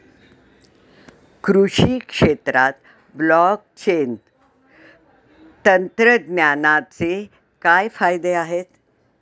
कृषी क्षेत्रात ब्लॉकचेन तंत्रज्ञानाचे काय फायदे आहेत?